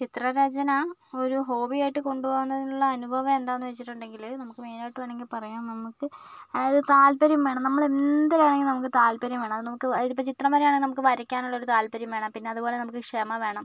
ചിത്ര രചന ഒരു ഹോബി ആയിട്ട് കൊണ്ട് പോകുന്നതിലുള്ള അനുഭവം എന്താന്ന് വച്ചിട്ടുണ്ടെങ്കില് നമുക്ക് മെയ്നായിട്ട് വേണമെങ്കിൽ പറയാം നമുക്ക് അതായത് താല്പര്യം വേണം നമ്മള് എന്ത് വേണമെങ്കിലും നമുക്ക് താല്പര്യം വേണം അത് നമുക്ക് അതിപ്പോൾ ചിത്രം വരയാണെങ്കിൽ നമുക്ക് വരയ്ക്കാനുള്ള ഒരു താല്പര്യം വേണം പിന്നതുപോലെ നമുക്ക് ക്ഷമ വേണം